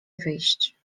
wyjść